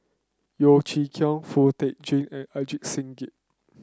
Yeo Chee Kiong Foo Tee Jun and Ajit Singh Gill